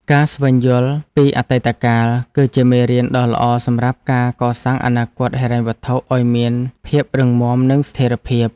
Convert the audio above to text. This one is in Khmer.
ការស្វែងយល់ពីអតីតកាល គឺជាមេរៀនដ៏ល្អសម្រាប់ការកសាងអនាគតហិរញ្ញវត្ថុឱ្យមានភាពរឹងមាំនិងស្ថិរភាព។